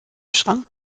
schrank